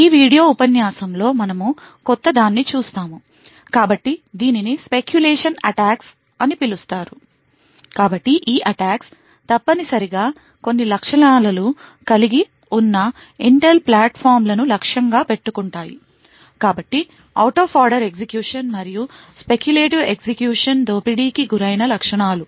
ఈ వీడియో ఉపన్యాసం లో మనము క్రొత్త దాన్ని చూస్తాము కాబట్టి దీనిని speculation అటాక్స్ అని పిలుస్తారు కాబట్టి ఈ అటాక్స్ తప్పనిసరిగా కొన్ని లక్షణాలను కలిగి ఉన్న Intel ప్లాట్ఫారమ్ల ను లక్ష్యంగా పెట్టుకుంటాయి కాబట్టి out of order ఎగ్జిక్యూషన్ మరియు speculative ఎగ్జిక్యూషన్ దోపిడీకి గురైన లక్షణాలు